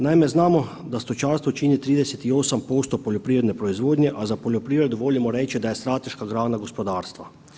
Naime, znamo da stočarstvo čini 38% poljoprivredne proizvodnje, a za poljoprivredu volimo reći da je strateška grana gospodarstva.